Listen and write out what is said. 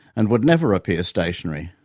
and would never appear stationary.